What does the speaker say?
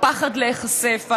הפחד להיחשף,